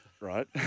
right